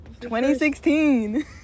2016